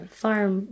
farm